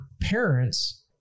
parents